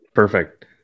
Perfect